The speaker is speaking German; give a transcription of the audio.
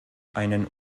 einen